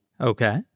Okay